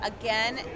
Again